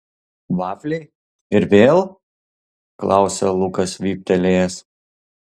vafliai ir vėl klausia lukas vyptelėjęs